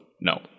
no